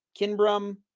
kinbrum